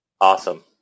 Awesome